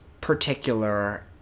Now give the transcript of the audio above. particular